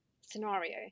scenario